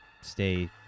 stay